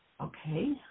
Okay